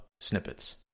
snippets